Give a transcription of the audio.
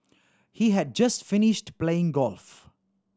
he had just finished playing golf